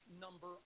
number